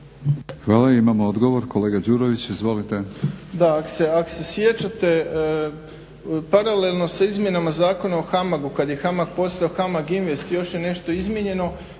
Hvala. Imamo odgovor, kolega Đurović. Izvolite.